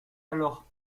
alors